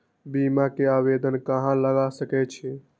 बीमा के आवेदन कहाँ लगा सके छी?